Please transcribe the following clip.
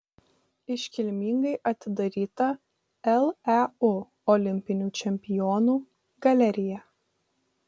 iškilmingai atidaryta leu olimpinių čempionų galerija